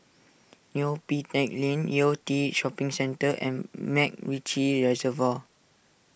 Neo Pee Teck Lane Yew Tee Shopping Centre and MacRitchie Reservoir